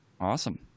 Awesome